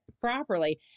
properly